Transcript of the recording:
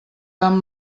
amb